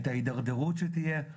את ההידרדרות שתהיה.